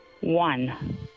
one